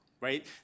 right